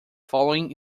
following